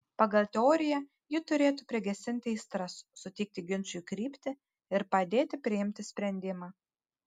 pagal teoriją ji turėtų prigesinti aistras suteikti ginčui kryptį ir padėti priimti sprendimą